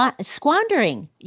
Squandering